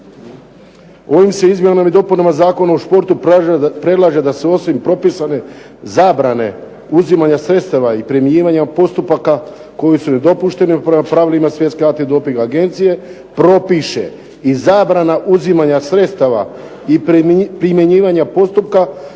Ovim se izmjenama i dopunama Zakona o športu predlaže da se osim propisane zabrane uzimanje sredstava i primjenjiva postupaka koji su nedopušteni prema pravilima Svjetske antidoping agencije propiše i zabrana uzimanja sredstava i primjenjivanja postupka